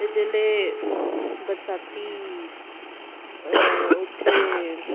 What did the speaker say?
जेल्लै बरसांती उत्थै